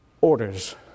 orders